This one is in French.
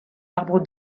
arbre